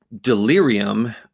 delirium